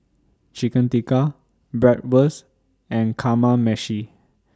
Chicken Tikka Bratwurst and Kamameshi